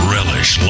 Relish